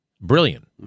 Brilliant